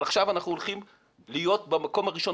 אבל עכשיו אנחנו הולכים להיות במקום הראשון